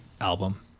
album